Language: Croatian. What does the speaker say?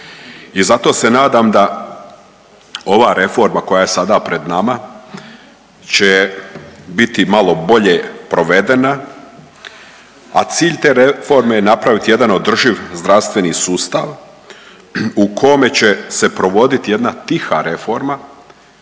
I zato se nadam da ova reforma koja je sada pred nama će biti malo bolje provedena, a cilj te reforme je napraviti jedan održiv zdravstveni sustav u kome će se provodit jedna tiha reforma